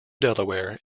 delaware